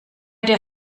der